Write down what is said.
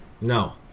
No